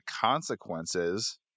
consequences